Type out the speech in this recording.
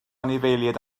anifeiliaid